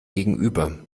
gegenüber